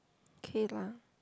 okay lah